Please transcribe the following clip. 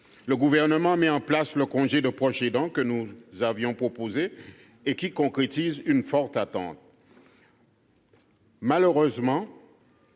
Le Gouvernement met en place le congé de proche aidant, que nous avions proposé, et qui concrétise une attente